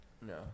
No